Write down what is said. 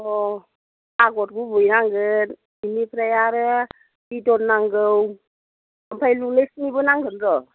अह आग'र गुबै नांगोन बेनिफ्राय आरो बिदन नांगौ ओमफ्राय रलेक्सनिबो नांगोन र'